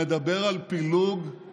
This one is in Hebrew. שמדבר על פילוג,